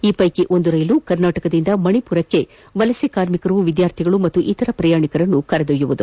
ಈ ಪೈಕಿ ಒಂದು ರೈಲು ಕರ್ನಾಟಕದಿಂದ ಮಣಿಮರಕ್ಕೆ ವಲಸೆ ಕಾರ್ಮಿಕರು ವಿದ್ಯಾರ್ಥಿಗಳು ಹಾಗೂ ಇತರೆ ಪ್ರಯಾಣಿಕರನ್ನು ಕರೆದೊಯ್ದಲಿದೆ